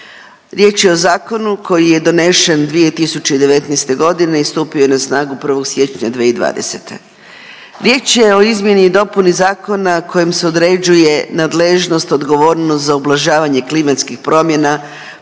Riječ je o zakonu koji je donešen 2019. godine i stupio je na snagu 1. siječnja 2020., riječ je o izmjeni i dopuni zakona kojim se određuje nadležnost, odgovornost za ublažavanje klimatskih promjena,